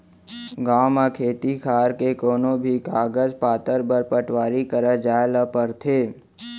गॉंव म खेत खार के कोनों भी कागज पातर बर पटवारी करा जाए ल परथे